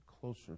closer